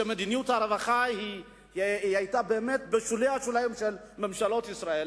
שמדיניות הרווחה היתה בשולי השוליים של ממשלות ישראל,